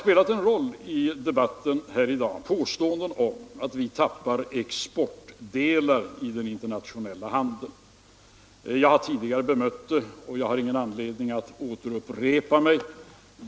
Påståenden om att vi tappar exportdelar i den internationella handeln har spelat en roll i dagens debatt. Jag har tidigare bemött dessa påståenden och har ingen anledning att återupprepa mig.